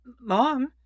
Mom